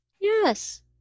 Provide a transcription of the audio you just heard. Yes